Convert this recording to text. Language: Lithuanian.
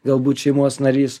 galbūt šeimos narys